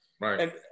Right